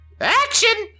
Action